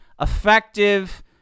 effective